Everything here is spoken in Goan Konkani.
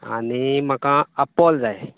आनी म्हाका आपोल जाय